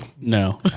no